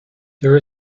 there